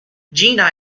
gina